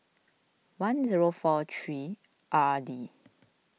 one zero four three R D